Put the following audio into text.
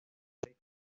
rey